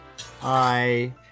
Hi